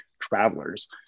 travelers